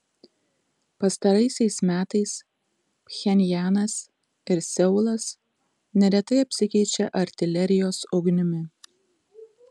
pastaraisiais metais pchenjanas ir seulas neretai apsikeičia artilerijos ugnimi